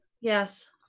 Yes